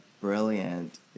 brilliant